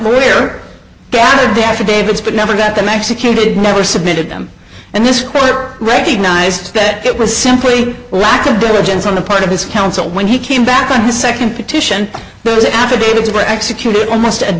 were gathered there to david's but never get them executed never submitted them and this quarter recognized that it was simply lack of diligence on the part of his counsel when he came back on the second petition those affidavits were executed almost a